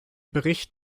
bericht